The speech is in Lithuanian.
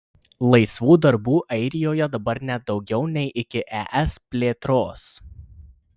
laisvų darbų airijoje dabar net daugiau nei iki es plėtros